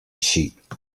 sheep